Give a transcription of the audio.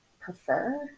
prefer